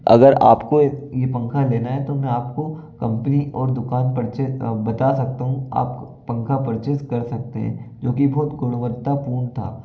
अगर आपको ये पंखा लेना है तो मैं आपको कंपनी और दुकान परचेस बता सकता हूँ आप पंखा परचेस कर सकते हैं जो कि बहुत गुणवत्तापूर्ण था